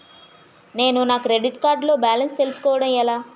నేను నా credit card లో బాలన్స్ తెలుసుకోవడం ఎలా?